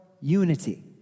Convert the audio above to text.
unity